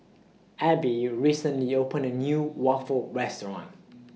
Abbie recently opened A New Waffle Restaurant